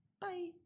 bye